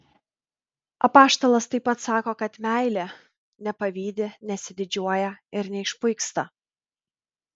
apaštalas taip pat sako kad meilė nepavydi nesididžiuoja ir neišpuiksta